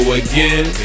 again